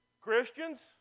Christians